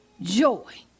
joy